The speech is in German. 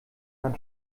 dann